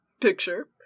picture